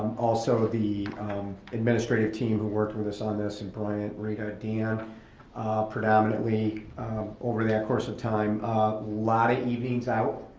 also the administrative team who worked with us on this and brian, rita, dan, all predominantly over that course of time. a lot of evenings out,